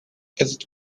этот